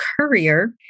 courier